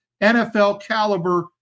NFL-caliber